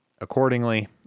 accordingly